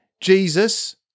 Jesus